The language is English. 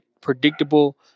predictable